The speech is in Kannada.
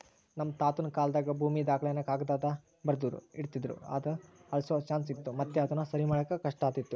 ನಮ್ ತಾತುನ ಕಾಲಾದಾಗ ಭೂಮಿ ದಾಖಲೆನ ಕಾಗದ್ದಾಗ ಬರ್ದು ಇಡ್ತಿದ್ರು ಅದು ಅಳ್ಸೋ ಚಾನ್ಸ್ ಇತ್ತು ಮತ್ತೆ ಅದುನ ಸರಿಮಾಡಾಕ ಕಷ್ಟಾತಿತ್ತು